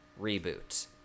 Reboot